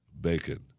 bacon